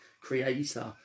creator